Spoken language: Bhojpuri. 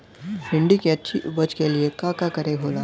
भिंडी की अच्छी उपज के लिए का का करे के होला?